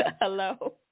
Hello